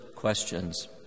Questions